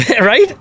Right